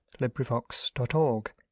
LibriVox.org